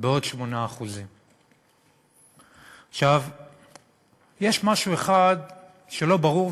בעוד 8%. יש משהו אחד שלא ברור,